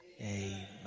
amen